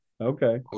Okay